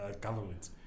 government